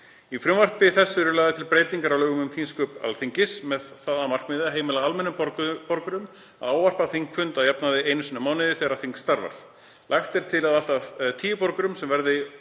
Í frumvarpi þessu eru lagðar til breytingar á lögum um þingsköp Alþingis með það að markmiði að heimila almennum borgum að ávarpa þingfund að jafnaði einu sinni í mánuði þegar þing starfar. Lagt er til að allt að tíu borgurum, sem valdir